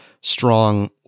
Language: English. strong